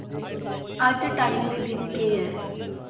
अज्ज टाइम दे दिन केह् ऐ